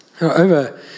Over